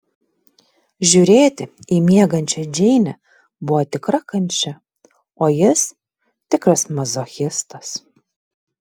žiūrėti į miegančią džeinę buvo tikra kančia o jis tikras mazochistas